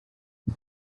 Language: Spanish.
esa